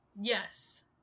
Yes